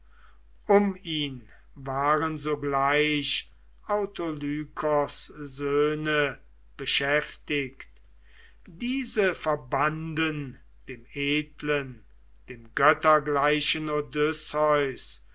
um ihn waren sogleich autolykos söhne beschäftigt diese verbanden dem edlen dem göttergleichen